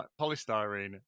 Polystyrene